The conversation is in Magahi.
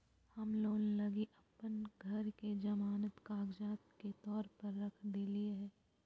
हम लोन लगी अप्पन घर के जमानती कागजात के तौर पर रख देलिओ हें